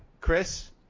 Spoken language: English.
Chris